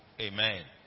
Amen